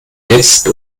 jetzt